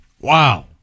Wow